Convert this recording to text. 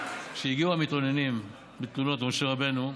כשהגיעו המתלוננים בתלונות למשה רבנו: